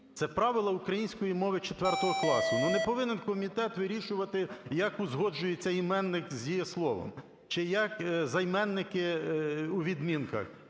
це правила української мови 4 класу. Ну, не повинен комітет вирішувати, як узгоджується іменник з дієсловом чи як займенники у відмінках.